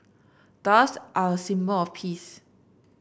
doves are a symbol of peace